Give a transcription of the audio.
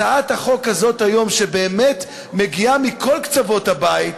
הצעת החוק הזאת, שבאמת מגיעה מכל קצוות הבית,